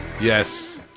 yes